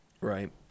Right